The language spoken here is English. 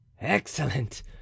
excellent